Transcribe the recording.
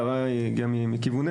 ההערה היא גם מכיווננו,